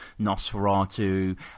Nosferatu